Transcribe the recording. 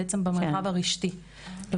במרחב הרשתי.